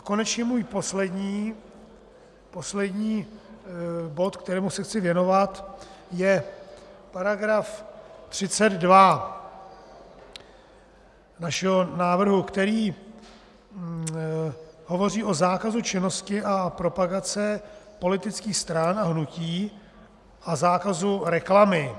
Konečně můj poslední bod, kterému se chci věnovat, je § 32 našeho návrhu, který hovoří o zákazu činnosti a propagace politických stran a hnutí a zákazu reklamy.